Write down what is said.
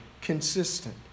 consistent